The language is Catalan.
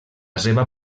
seva